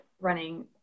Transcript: running